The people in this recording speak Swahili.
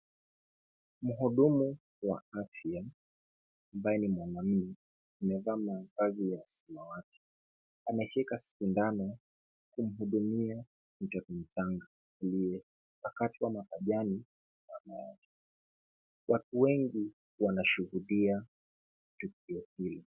Mhudumu wa afya ambaye ni mwanaume amevaa mavazi ya samawati. Ameshika sindano kumhudumia mtoto mchnga aliyepakatwa mapajani na mama yake. Watu wengi wanashuhudia tukio hili.